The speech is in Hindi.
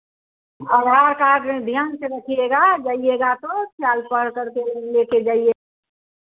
आधार कार्ड ध्यान से रखिएगा जाइएगा तो ख्याल पर करके ले कर जाइए